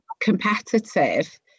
competitive